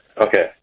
Okay